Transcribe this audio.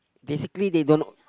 basically they don't